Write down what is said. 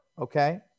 okay